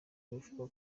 bivugwa